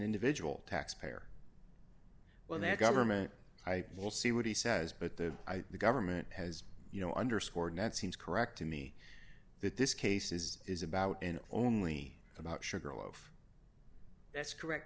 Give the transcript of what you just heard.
individual taxpayer when that government i will see what he says but then i thought the government has you know underscored that seems correct to me that this case is is about and only about sugarloaf that's correct